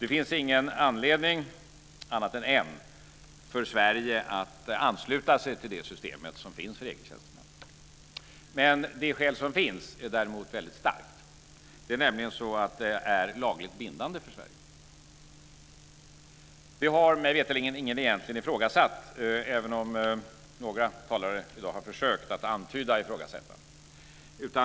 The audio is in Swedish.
Det finns ingen anledning, annat än en, för Sverige att ansluta sig till det system som finns för EU tjänstemän. Men det skälet är däremot väldigt starkt. Det är nämligen så att det är lagligt bindande för Sverige. Det har mig veterligen ingen egentligen ifrågasatt, även om några talare i dag har försökt att antyda ifrågasättande.